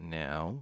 now